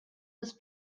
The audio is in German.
ist